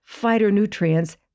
phytonutrients